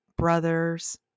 brothers